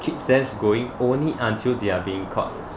keeps them going only until they are being caught